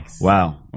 Wow